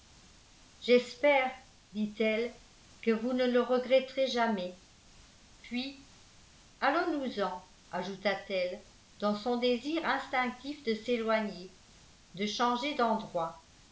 j'espère dit-elle que vous ne le regretterez jamais puis allons-nous-en ajouta-t-elle dans son désir instinctif de s'éloigner de changer d'endroit